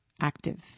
active